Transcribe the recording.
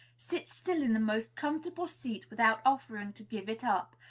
sit still in the most comfortable seat without offering to give it up,